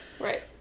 Right